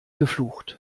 geflucht